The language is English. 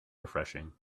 refreshing